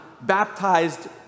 baptized